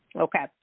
Okay